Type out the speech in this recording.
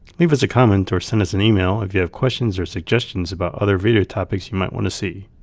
leave us a comment or send us an email if you have questions or suggestions about other video topics you might want to see.